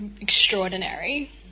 extraordinary